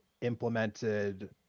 implemented